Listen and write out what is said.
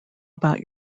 about